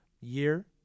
year